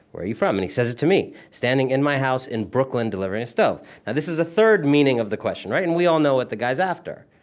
where are you from? and he says it to me, standing in my house in brooklyn, delivering a stove now this is a third meaning of the question, and we all know what the guy is after.